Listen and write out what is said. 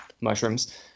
Mushrooms